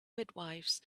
midwifes